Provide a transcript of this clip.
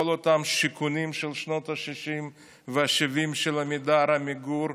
כל אותם שיכונים של שנות השישים והשבעים של עמידר ועמיגור,